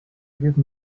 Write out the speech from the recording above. give